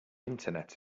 internet